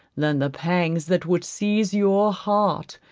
than the pangs that would seize your heart,